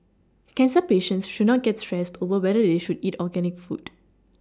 cancer patients should not get stressed over whether they should eat organic food